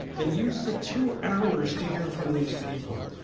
and use the two hours to hear from these people.